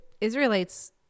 Israelites